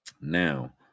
Now